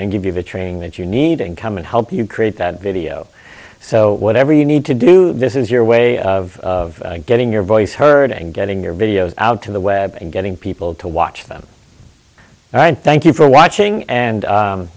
and give you the training that you need to come and help you create that video so whatever you need to do this is your way of getting your voice heard and getting your videos out to the web and getting people to watch them right thank you for watching and